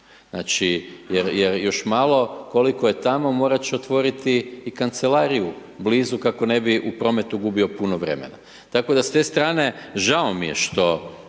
Znači, jer, jer još malo koliko je tamo, morat će otvoriti i kancelariju blizu kako ne bi u prometu gubio puno vremena, tako da s te strane žao mi je što,